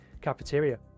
cafeteria